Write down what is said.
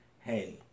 Hey